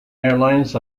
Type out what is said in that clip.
airlines